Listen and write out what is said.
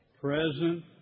Present